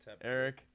Eric